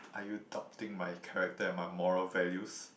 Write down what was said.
are you doubting my character and my moral values